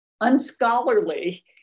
unscholarly